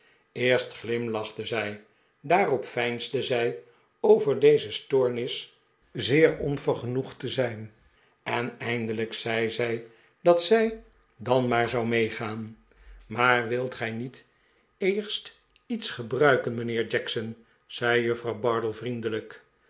eerst glimlachte zij daarop veinsde zij over deze stoornis zeer onvergenoegd te zijn en eindelijk zei zij dat zij dan maar zou meegaan maar wilt gij niet eerst iets gebruiken mijnheer jackson zei juffrouw bardell vriendelijk